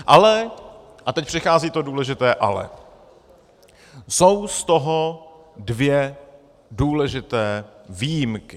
Ale a teď přichází to důležité ale jsou z toho dvě důležité výjimky.